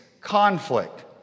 conflict